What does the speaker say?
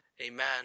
Amen